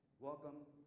welcome